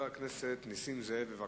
חבר הכנסת נסים זאב, בבקשה.